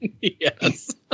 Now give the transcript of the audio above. Yes